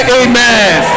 amen